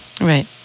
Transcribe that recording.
Right